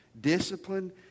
Discipline